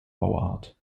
bauart